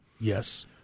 Yes